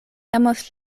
amos